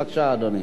בבקשה, אדוני.